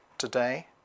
Today